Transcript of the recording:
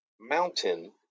mountain